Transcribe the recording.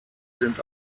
sind